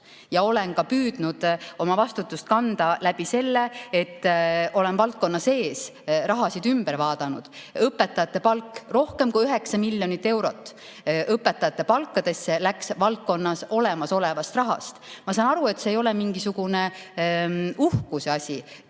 ja olen püüdnud vastutust kanda ka sellega, et olen valdkonna sees raha üle vaadanud. Õpetajate palk: rohkem kui 9 miljonit eurot läks õpetajate palkadesse valdkonnas olemasolevast rahast. Ma saan aru, et see ei ole mingisugune uhkuseasi,